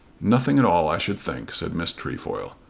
nothing at all i should think, said miss trefoil.